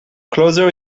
closer